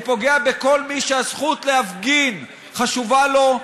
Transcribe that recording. הוא פוגע בכל מי שהזכות להפגין חשובה לו.